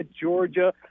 Georgia